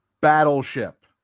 Battleship